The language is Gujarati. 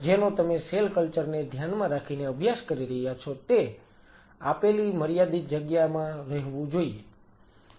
જેનો તમે સેલ કલ્ચર ને ધ્યાનમાં રાખીને અભ્યાસ કરી રહ્યા છો તે આપેલી મર્યાદિત જગ્યામાં રહેવું જોઈએ